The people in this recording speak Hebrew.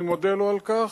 אני מודה לו על כך,